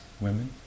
women